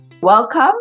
Welcome